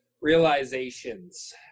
realizations